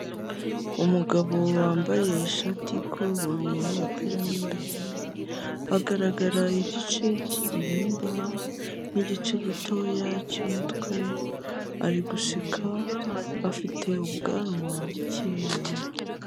Umugabo wambaye ishati y'ikoboyi n'umupira mo imbere agaragara igice k'igihimba n'igice gitoya cy'umutwe ari guseka afite ubwanwa buke inyuma.